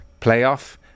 playoff